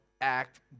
act